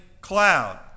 cloud